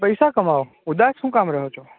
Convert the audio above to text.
પૈસા કમાઓ ઉદાસ શા કામ કરો છો